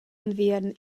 unviern